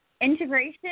integration